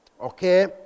Okay